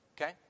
Okay